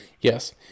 Yes